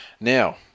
Now